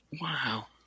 wow